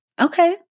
okay